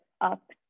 up